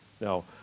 Now